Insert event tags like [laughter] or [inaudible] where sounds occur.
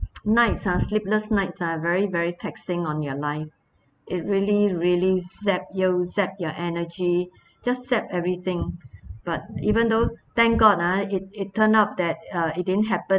[noise] nights uh sleepless nights are very very taxing on your life it really really zap you zap your energy just set everything but even though thank god uh it it turned out that uh it didn't happen